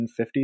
1950s